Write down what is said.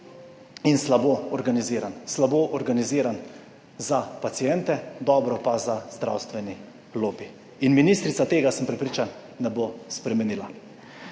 in slabo organiziran. Slabo organiziran za paciente, dobro pa za zdravstveni lobi. In ministrica, tega sem prepričan, ne bo spremenila.